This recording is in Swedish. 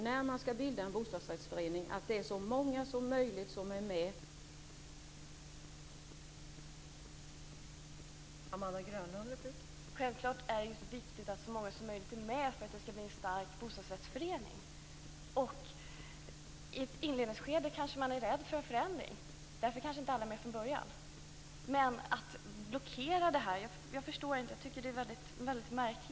När man skall bilda en bostadsrättsförening skall det vara så många som möjligt som är med för att det skall bli en stark förening.